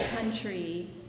country